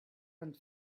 and